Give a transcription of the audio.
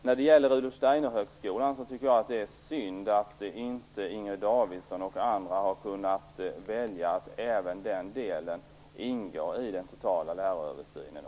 När det gäller Rudolf Steiner-högskolan tycker jag att det är synd att inte Inger Davidson och andra har kunnat välja att även den delen skall ingå i den totala läraröversynen.